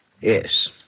Yes